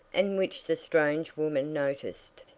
and which the strange woman noticed.